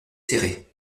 serrés